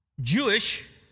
Jewish